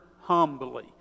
humbly